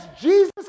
Jesus